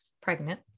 Pregnant